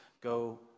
go